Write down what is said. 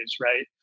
Right